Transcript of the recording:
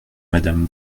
madame